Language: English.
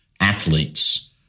athletes